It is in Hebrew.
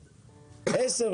10%,